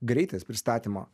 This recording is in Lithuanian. greitis pristatymo